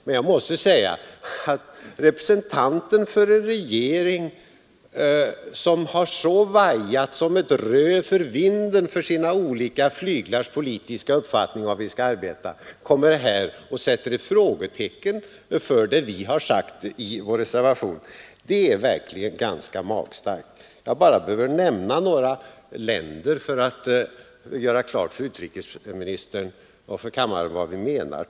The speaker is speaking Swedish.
Men att representanter för en regering som så har vajat som ett rö för vinden för sina olika flyglars politiska uppfattningar om var vi skall arbeta kommer här och sätter ett frågetecken för det vi har sagt i vår reservation, det är verkligen ganska magstarkt. Jag behöver bara nämna några länder för att göra klart för utrikesministern och för kammaren vad vi menar.